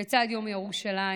לצד יום ירושלים,